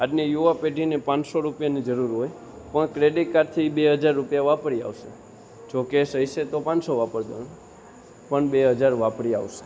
આજની યુવા પેઢીને પાંચસો રૂપિયાની જરૂર હોય પણ ક્રેડિટ કાર્ડથી એ બે હજાર રૂપિયા વાપરી આવશે જો કે કેશ હશે તો પાંચસો વાપરશે પણ બે હજાર વાપરી આવશે